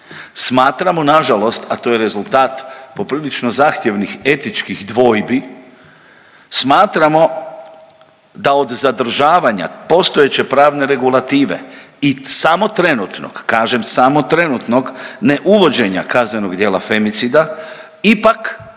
Smatramo nažalost, a to je rezultat poprilično zahtjevnih etičnih dvojbi, smatramo da od zadržavanja postojeće pravne regulative i samo trenutnog, kažem samo trenutnog ne uvođenja kaznenog djela femicida ipak